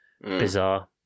bizarre